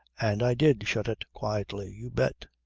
and i did shut it quietly you bet.